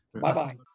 Bye-bye